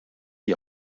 die